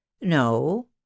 No